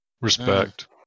respect